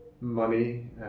money